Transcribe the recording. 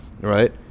right